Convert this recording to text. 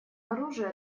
оружия